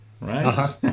right